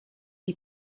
die